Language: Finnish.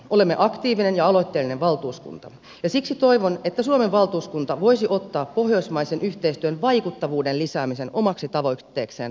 olemme aktiivinen ja aloitteellinen valtuuskunta ja siksi toivon että suomen valtuuskunta voisi ottaa pohjoismaisen yhteistyön vaikuttavuuden lisäämisen omaksi tavoitteekseen tulevassa työssä